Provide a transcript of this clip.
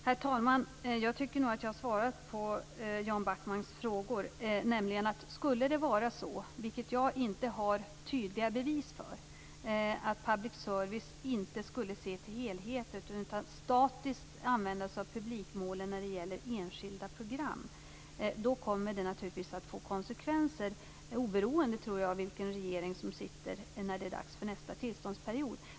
Herr talman! Jag tycker nog att jag har svarat på Jan Backmans frågor. Skulle det vara så, vilket jag inte har några tydliga bevis för, att public service inte ser till helheten utan statiskt använder sig av publikmålen när det gäller enskilda program, kommer det naturligtvis, oberoende av vilken regering som sitter, att få konsekvenser när det är dags för nästa tillståndsperiod.